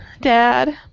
Dad